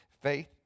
Faith